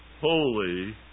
holy